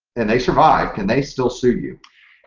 and they survived. can they still sue you?